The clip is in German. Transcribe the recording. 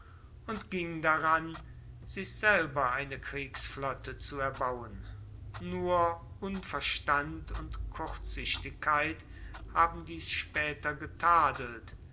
und ging daran sich selber eine kriegsflotte zu erbauen nur unverstand und kurzsichtigkeit haben dies spaeter